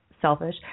selfish